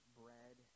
bread